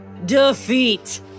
Defeat